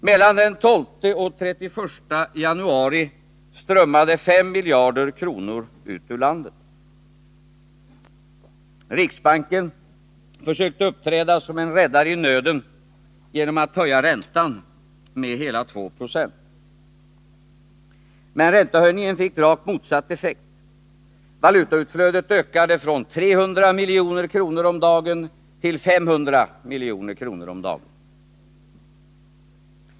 Mellan den 12 och den 31 januari strömmade 5 miljarder kronor ut ur landet. Riksbanken försökte uppträda som en räddare i nöden genom att höja räntan med hela 2 Jo. Men räntehöjningen fick rakt motsatt effekt — valutautflödet ökade från 300 till 500 milj.kr. per dag.